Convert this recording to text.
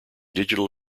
digital